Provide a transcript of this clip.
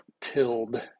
tilled